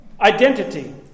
identity